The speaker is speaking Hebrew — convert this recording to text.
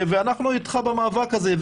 ואנחנו איתך במאבק הזה.